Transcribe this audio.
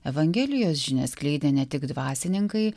evangelijos žinią skleidė ne tik dvasininkai